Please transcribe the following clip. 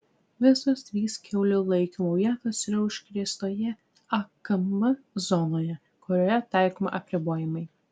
visos trys kiaulių laikymo vietos yra užkrėstoje akm zonoje kurioje taikomi apribojimai